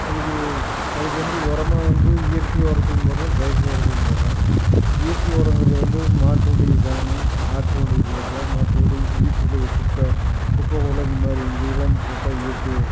அதுக்கு அதுக்கு வந்து உரமா வந்து இயற்கை உரத்தையும் போடுறோம் செயற்கை உரத்தையும் போடுறோம் இயற்கை உரங்கிறத வந்து மாட்டுடைய சாணி ஆட்டுடைய புழுக்கை மாட்டுடைய வீட்டுடைய குப்பை குப்பை கூளம் இந்த மாதிரி இதையெல்லாம் போட்டால் இயற்கை